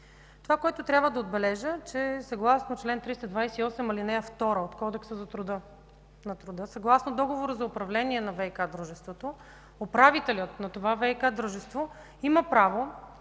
Това, което трябва да отбележа, е, че съгласно чл. 328, ал. 2 от Кодекса на труда, съгласно договора за управление на ВиК дружеството, управителят на това ВиК дружество има право